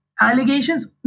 allegations